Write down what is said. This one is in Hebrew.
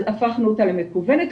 הפכנו אותה למקוונת,